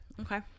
Okay